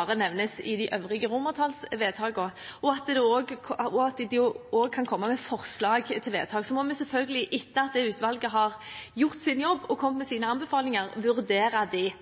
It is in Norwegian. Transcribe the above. som nevnes i de øvrige romertallsforslagene, og at utvalget også kan komme med forslag til vedtak. Så må vi selvfølgelig, etter at det utvalget har gjort sin jobb og kommet med sine